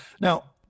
Now